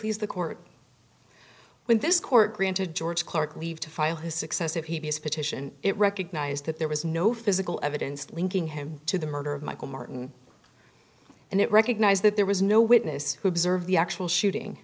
please the court when this court granted george clark leave to file his success if he is petition it recognized that there was no physical evidence linking him to the murder of michel martin and it recognized that there was no witness who observed the actual shooting